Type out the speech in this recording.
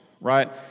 right